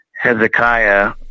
Hezekiah